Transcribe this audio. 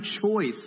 choice